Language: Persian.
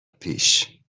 پیش